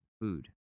food